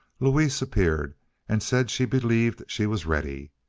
louise appeared and said she believed she was ready,